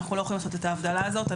אנחנו לא יכולים לעשות את ההבדלה הזאת.